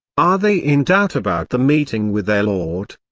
are they in doubt about the meeting with their lord?